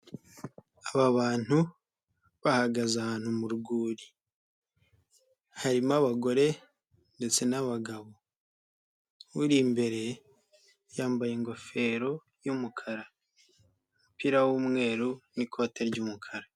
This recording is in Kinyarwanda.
Aba bantu bahagaze ahantu mu rwuri, harimo abagore ndetse nabagabo, uri imbere yambaye ingofero y'umukara umupira w'umweru n'ikote ry'umukara.